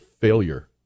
failure